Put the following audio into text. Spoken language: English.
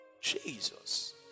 Jesus